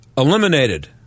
eliminated